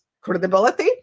credibility